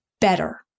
better